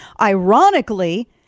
ironically